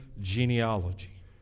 genealogy